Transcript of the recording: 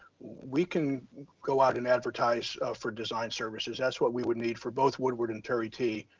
we can go out and advertise for design services. that's what we would need for both woodward and turie t.